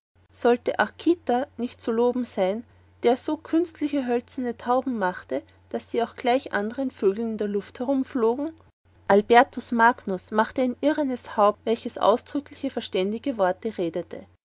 sollte archita nicht zu loben sein der so künstliche hölzerne tauben machte daß sie auch gleich andern vögeln in der luft herumflogen albertus magnus machte ein ehrines haupt welches ausdrückliche verständige wort redete